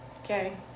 Okay